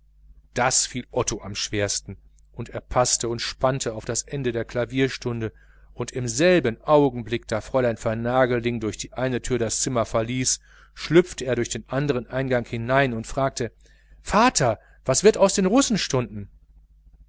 das fiel otto am schwersten und er paßte und spannte auf das ende der klavierstunde und im selben augenblick wo fräulein vernagelding durch die eine türe das zimmer verließ schlüpfte er schon durch den andern eingang hinein und fragte vater wird etwas aus den russenstunden